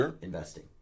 investing